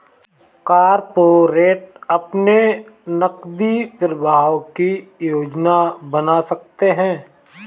corporate अपने नकदी प्रवाह की योजना बना सकते हैं